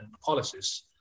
policies